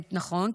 נכון,